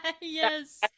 yes